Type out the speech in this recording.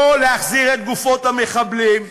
לא להחזיר את גופות המחבלים,